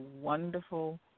wonderful